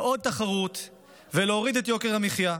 לעוד תחרות, ולהוריד את יוקר המחיה.